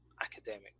academic